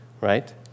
right